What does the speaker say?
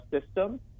system